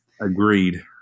Agreed